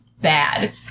bad